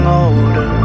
older